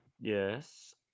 Yes